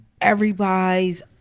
everybody's